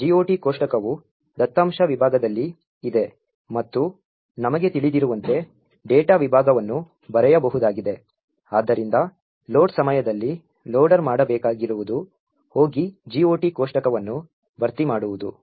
GOT ಕೋಷ್ಟಕವು ದತ್ತಾಂಶ ವಿಭಾಗದಲ್ಲಿ ಇದೆ ಮತ್ತು ನಮಗೆ ತಿಳಿದಿರುವಂತೆ ಡೇಟಾ ವಿಭಾಗವನ್ನು ಬರೆಯಬಹುದಾಗಿದೆ ಆದ್ದರಿಂದ ಲೋಡ್ ಸಮಯದಲ್ಲಿ ಲೋಡರ್ ಮಾಡಬೇಕಾಗಿರುವುದು ಹೋಗಿ GOT ಕೋಷ್ಟಕವನ್ನು ಭರ್ತಿ ಮಾಡುವುದು